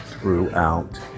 throughout